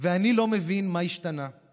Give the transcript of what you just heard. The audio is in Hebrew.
ואני לא מבין מה השתנה /